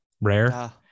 Rare